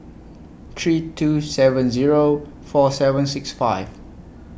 three two seven Zero four seven six five